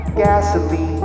gasoline